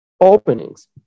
openings